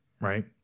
Right